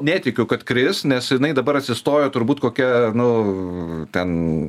netikiu kad kris nes jinai dabar atsistojo turbūt kokia nu ten